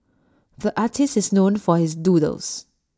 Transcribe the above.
the artist is known for his doodles